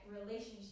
relationship